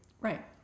Right